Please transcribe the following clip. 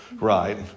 right